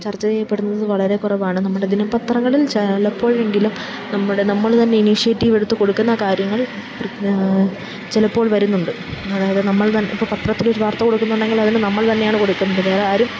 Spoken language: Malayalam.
ചർച്ച ചെയ്യപ്പെടുന്നത് വളരെ കുറവാണ് നമ്മുടെ ദിനപത്രങ്ങളിൽ ചിലപ്പോഴെങ്കിലും നമ്മുടെ നമ്മൾ തന്നെ ഇനിഷ്യേറ്റീവ് എടുത്ത് കൊടുക്കുന്ന കാര്യങ്ങൾ ചിലപ്പോൾ വരുന്നുണ്ട് അതായത് നമ്മൾ ഇപ്പം പത്രത്തിലൊരു വാർത്ത കൊടുക്കുന്നുണ്ടെങ്കിൽ അതിന് നമ്മൾ തന്നെയാണ് കൊടുക്കുന്നത് വേറെ ആരും